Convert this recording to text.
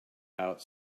out